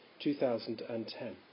2010